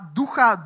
ducha